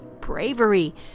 bravery